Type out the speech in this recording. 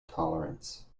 tolerance